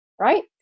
Right